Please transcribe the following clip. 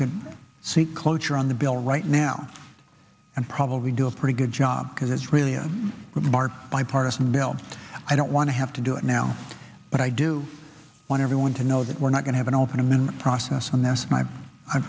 can see cloture on the bill right now and probably do a pretty good job because it's really a remarkable bipartisan bill i don't want to have to do it now but i do want everyone to know that we're not going have an open i'm in process and that's my i've